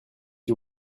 que